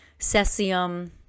cesium